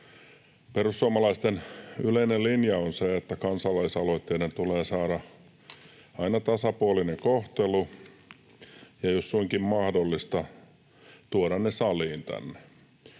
Perussuomalaisten yleinen linja on se, että kansalaisaloitteiden tulee saada aina tasapuolinen kohtelu, ja jos suinkin mahdollista, tuoda ne tänne